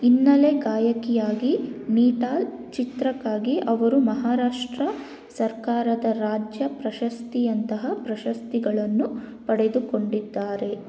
ಹಿನ್ನೆಲೆ ಗಾಯಕಿಯಾಗಿ ನಿಟಾಲ್ ಚಿತ್ರಕ್ಕಾಗಿ ಅವರು ಮಹಾರಾಷ್ಟ್ರ ಸರ್ಕಾರದ ರಾಜ್ಯ ಪ್ರಶಸ್ತಿಯಂತಹ ಪ್ರಶಸ್ತಿಗಳನ್ನು ಪಡೆದುಕೊಂಡಿದ್ದಾರೆ